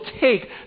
take